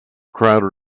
crowded